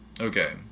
Okay